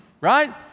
right